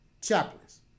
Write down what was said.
chaplains